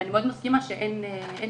אני מאוד מסכימה שאין בקרה,